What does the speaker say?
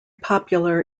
popular